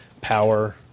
power